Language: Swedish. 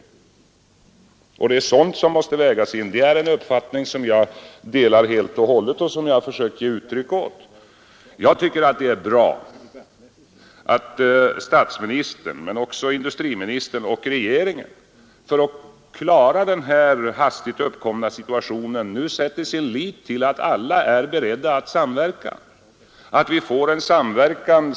— Det är sådant som måste vägas in. Det är en uppfattning som jag delar helt och hållet och som jag har försökt ge uttryck åt. Det är bra att statsministern men också industriministern och regeringen i övrigt, för att klara denna hastigt uppkomna situation, sätter sin lit till att alla är beredda att samverka.